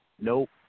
Nope